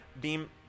beam